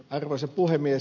arvoisa puhemies